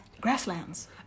grasslands